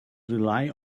rely